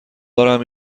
دارم